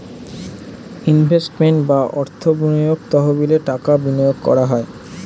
investment বা অর্থ বিনিয়োগ তহবিলে টাকা বিনিয়োগ করা হয়